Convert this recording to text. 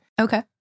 Okay